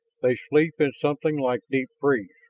they sleep in something like deep freeze.